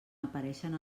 apareixen